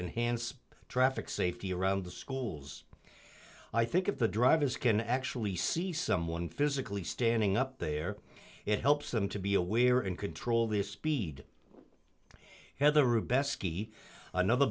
enhanced traffic safety around the schools i think of the drivers can actually see someone physically standing up there it helps them to be aware and control the speed heathe